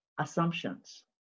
assumptions